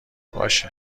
باشه